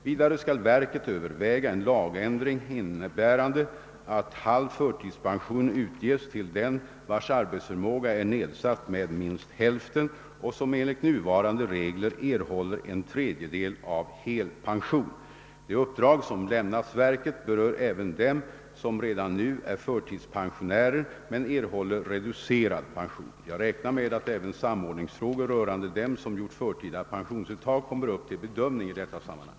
Vidare skall verket överväga en lagändring innebärande att halv förtidspension utges till den vars arbetsförmåga är nedsatt med minst hälften och som enligt nuvarande regler erhåller en tredjedel av hel pension. Det uppdrag som lämnats verket berör även dem som redan nu är förtidspensionärer men erhåller reducerad pension. Jag räknar med att även samordningsfrågor berörande dem som gjort förtida pensionsuttag kommer upp till bedömande i detta sammanhang.